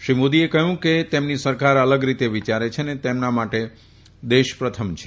શ્રી મોદીએ કહ્યું કે તેમની સરકાર અલગ રીતે વિયારે છે અને તેમના માટે દેશપ્રથમ છે